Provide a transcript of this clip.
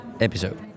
episode